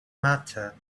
matter